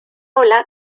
ola